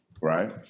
right